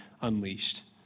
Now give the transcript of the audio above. unleashed